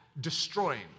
destroying